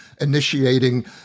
initiating